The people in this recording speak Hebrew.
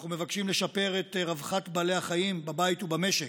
אנחנו מבקשים לשפר את רווחת בעלי החיים בבית ובמשק,